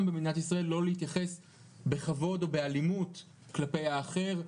במדינת ישראל לא להתייחס בכבוד או באלימות כלפי האחר,